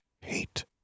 hate